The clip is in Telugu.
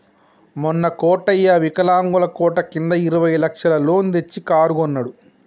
మొన్న కోటయ్య వికలాంగుల కోట కింద ఇరవై లక్షల లోన్ తెచ్చి కారు కొన్నడు